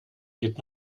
geht